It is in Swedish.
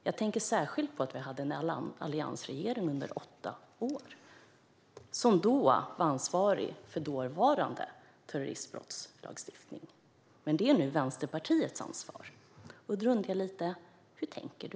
Jag tänker särskilt på att vi hade en alliansregering under åtta år som var ansvarig för den dåvarande terroristbrottslagstiftningen. Men nu är det Vänsterpartiets ansvar, och då undrar jag: Hur tänker du?